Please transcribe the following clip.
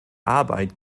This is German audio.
arbeit